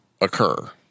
occur